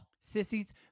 Sissies